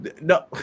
No